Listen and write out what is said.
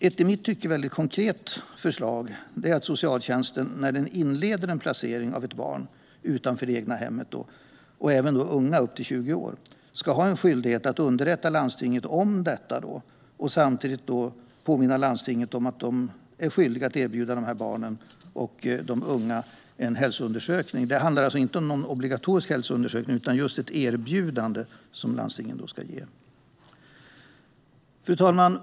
Ett i mitt tycke väldigt konkret förslag är att socialtjänsten när den inleder en placering av ett barn utanför det egna hemmet och även av unga upp till 20 år ska ha skyldighet att underrätta landstinget om detta och samtidigt påminna landstingen om att de är skyldiga att erbjuda dessa barn och unga en hälsoundersökning. Det handlar alltså inte om en obligatorisk hälsoundersökning, utan det är ett erbjudande som landstingen ska ge. Fru talman!